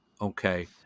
Okay